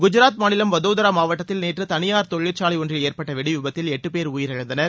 குஜராத் மாநிலம் வடோதரா மாவட்டத்தில் நேற்று தனியார் தொழிற்சாலை ஒன்றில் ஏற்பட்ட வெடிவிபத்தில் எட்டு பேர் உயிரிழந்தனர்